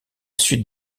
suite